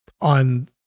On